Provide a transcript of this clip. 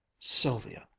sylvia!